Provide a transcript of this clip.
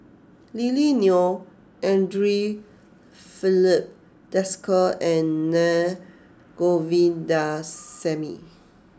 Lily Neo Andre Filipe Desker and Naa Govindasamy